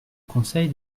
conseil